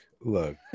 look